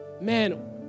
man